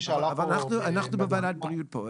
אנחנו בוועדת בריאות,